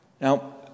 Now